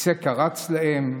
הכיסא קרץ להם.